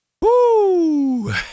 Woo